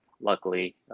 luckily